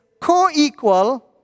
co-equal